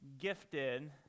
gifted